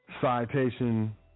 citation